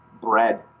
bread